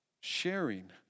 Sharing